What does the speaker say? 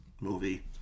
movie